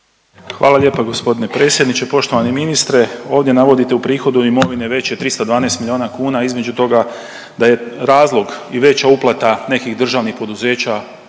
Hvala lijepo g. predsjedniče. Poštovani ministre, ovdje navodite u prihodu imovine veći je 312 milijuna kuna, između toga da je razlog i veća uplata nekih državnih poduzeća